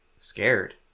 Scared